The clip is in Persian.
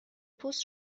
پست